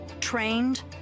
trained